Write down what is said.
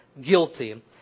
guilty